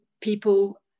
people